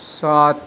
سات